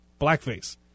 blackface